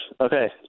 Okay